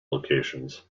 locations